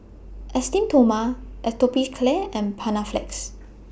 Esteem Stoma Atopiclair and Panaflex